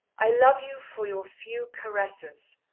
i love you for your few caresses,